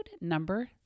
number